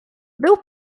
był